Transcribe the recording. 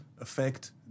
affect